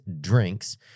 drinks